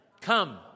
Come